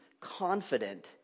confident